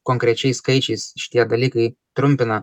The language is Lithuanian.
konkrečiais skaičiais šitie dalykai trumpina